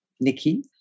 Nikki